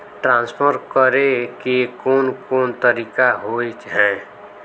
Transfer करे के कोन कोन तरीका होय है?